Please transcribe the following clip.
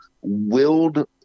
willed